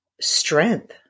strength